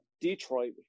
Detroit